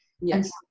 Yes